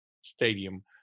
stadium